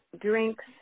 drinks